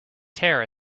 tear